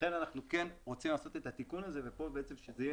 לכן אנחנו כן רוצים לעשות את התיקון הזה וכאן זה יהיה